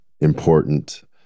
important